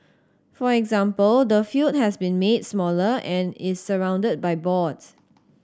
for example the field has been made smaller and is surrounded by boards